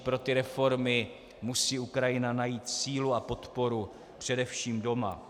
Pro ty reformy musí Ukrajina najít sílu a podporu především doma.